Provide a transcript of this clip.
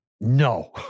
No